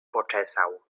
poczesał